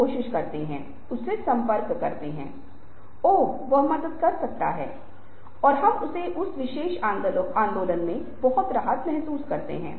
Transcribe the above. तो आप देखते हैं कि हम कहाँ जा रहे हैं यह वह दिशा है जिसमें हम आगे बढ़ रहे हैं